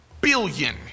billion